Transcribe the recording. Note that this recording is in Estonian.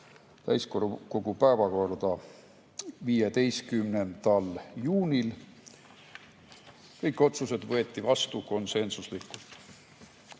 täiskogu päevakorda 15. juunil. Kõik otsused võeti vastu konsensuslikult.